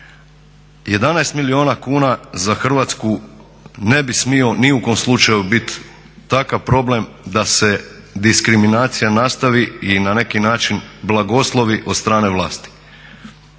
11 milijuna kuna za Hrvatsku ne bi smio ni u kom slučaju biti takav problem da se diskriminacija nastavi i na neki način blagoslovi od strane vlasti.